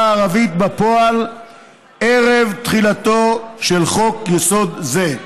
הערבית בפועל ערב תחילתו של חוק-יסוד זה".